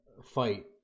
fight